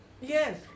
Yes